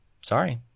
sorry